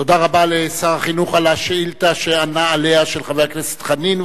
תודה רבה לשר החינוך על התשובה שענה על השאילתא של חבר הכנסת חנין,